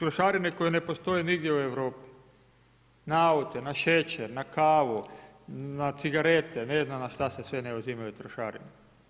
Trošarine koje ne postoje nigdje u Europi, na aute, na šećer, na kavu, na cigarete, ne znam na šta se sve ne uzimaju trošarine.